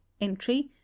entry